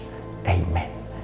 Amen